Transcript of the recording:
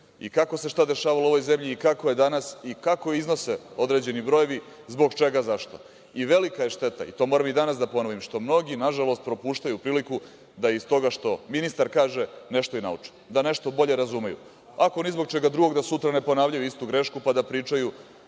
i kako se šta dešavalo u ovoj zemlji i kako je danas i kako iznose određeni brojevi, zbog čega i zašto. Velika je šteta, i to moram i danas da ponovim, što mnogi, na žalost propuštaju priliku da iz toga što ministar kaže nešto i nauči, da nešto bolje razumeju. Ako ni zbog čega drugog da sutra ne ponavljaju istu grešku, pa da pričaju